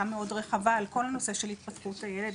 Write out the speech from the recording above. מאוד רחבה על כל הנושא של התפתחות הילד.